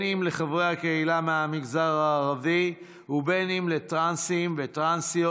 אם לחברי הקהילה מהמגזר הערבי ואם לטרנסים וטרנסיות,